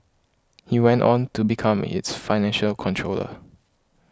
he went on to become its financial controller